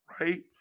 Right